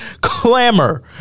clamor